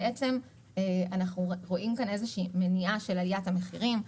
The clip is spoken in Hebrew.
בעצם אנחנו רואים כאן איזושהי מניעה של עליית המחירים.